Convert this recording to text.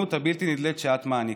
הסובלנות הבלתי-נדלית שאת מעניקה,